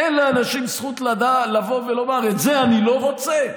אין לאנשים זכות לבוא ולומר: את זה אני לא רוצה?